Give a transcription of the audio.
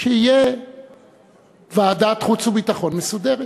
שתהיה ועדת חוץ וביטחון מסודרת.